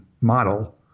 model